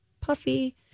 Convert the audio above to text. Puffy